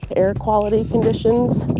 air quality conditions,